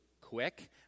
quick